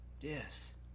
Yes